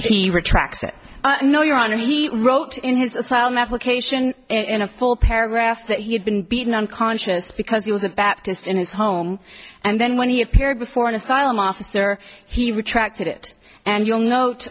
he retracts it no your honor he wrote in his asylum application in a full paragraph that he had been beaten unconscious because he was a baptist in his home and then when he appeared before an asylum officer he retracted it and you'll note